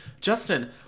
Justin